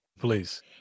Please